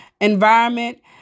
environment